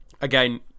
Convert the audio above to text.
again